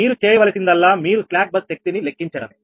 మీరు చేయవలసిందల్లా మీరు స్లాక్ బస్ శక్తిని లెక్కించడమే